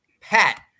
Pat